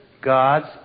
gods